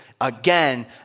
again